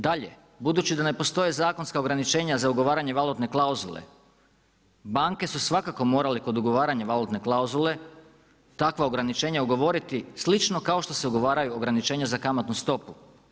Dalje, budući da ne postoje zakonska ograničenja za ugovaranje valutna klauzule banke su svakako morale kod ugovaranja valutne klauzule takva ograničenja ugovoriti slično kao što se ugovaraju ograničenja za kamatnu stopu.